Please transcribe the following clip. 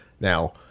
Now